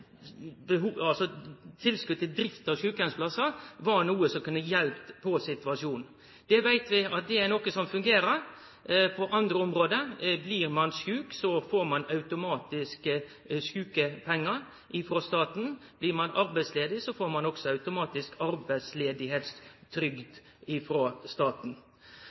til drift av sjukeheimsplassar er noko som kunne ha hjelpt på situasjonen. Det veit vi er noko som fungerer på andre område: Blir ein sjuk, får ein automatisk sjukepengar frå staten, blir ein arbeidsledig, får ein automatisk arbeidsløysetrygd frå staten.